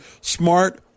smart